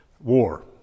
war